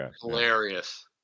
Hilarious